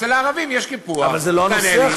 ואצל הערבים יש קיפוח, תענה לי.